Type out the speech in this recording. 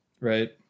Right